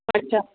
اچھا